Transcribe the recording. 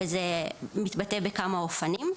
זה מתבטא בכמה אופנים: